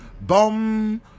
boom